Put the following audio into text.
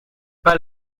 pas